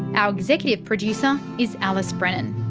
our executive producer is alice brennan.